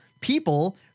people